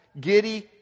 Giddy